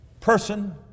person